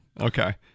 Okay